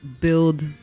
build